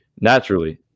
naturally